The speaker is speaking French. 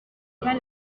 pas